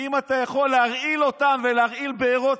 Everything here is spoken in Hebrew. ואם אתה יכול להרעיל אותם ולהרעיל בארות,